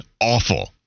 awful